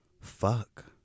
fuck